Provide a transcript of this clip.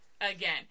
again